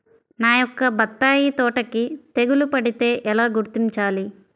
నా యొక్క బత్తాయి తోటకి తెగులు పడితే ఎలా గుర్తించాలి?